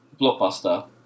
blockbuster